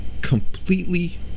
completely